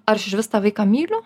ar aš išvis tą vaiką myliu